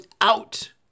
out